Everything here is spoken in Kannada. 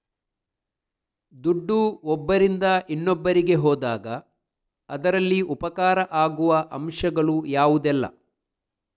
ದುಡ್ಡು ಒಬ್ಬರಿಂದ ಇನ್ನೊಬ್ಬರಿಗೆ ಹೋದಾಗ ಅದರಲ್ಲಿ ಉಪಕಾರ ಆಗುವ ಅಂಶಗಳು ಯಾವುದೆಲ್ಲ?